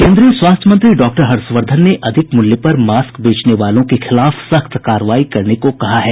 केन्द्रीय स्वास्थ्य मंत्री डॉ हर्षवर्धन ने अधिक मूल्य पर मास्क बेचने वालों के खिलाफ सख्त कार्रवाई करने को कहा है